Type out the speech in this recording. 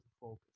focus